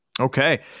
Okay